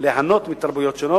ליהנות מתרבויות שונות.